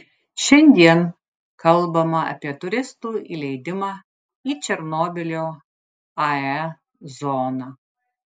šiandien kalbama apie turistų įleidimą į černobylio ae zoną